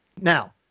Now